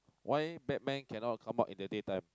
why Batman cannot come out in the day time